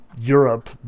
Europe